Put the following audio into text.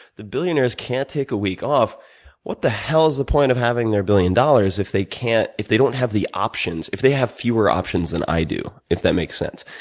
the billionaires can't take a week off what the hell is the point of having their billion dollars if they can't if they don't have the options if they have fewer options than i do, if that makes sense.